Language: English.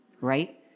right